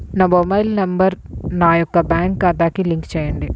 నా mobile number నా యొక్క బ్యాంక్ ఖాతాకి లింక్ చేయండీ?